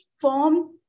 form